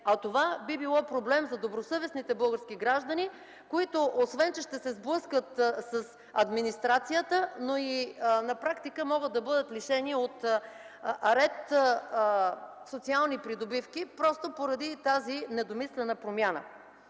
а това би било проблем за добросъвестните български граждани, които освен че ще се сблъскат с администрацията, но и на практика могат да бъдат лишени от ред социални придобивки, просто поради тази недомислена промяна.